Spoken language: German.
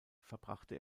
verbrachte